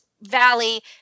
valley